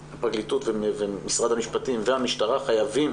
משרד המשפטים והמשטרה חייבים